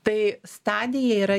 tai stadija yra